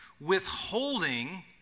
withholding